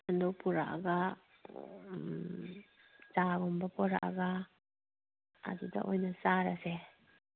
ꯑꯗꯨ ꯄꯨꯔꯛꯂꯒ ꯎꯝ ꯆꯥꯒꯨꯝꯕ ꯄꯨꯔꯛꯂꯒ ꯑꯗꯨꯗ ꯑꯣꯏꯅ ꯆꯥꯔꯁꯦ